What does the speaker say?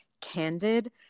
candid